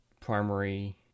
primary